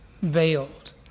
veiled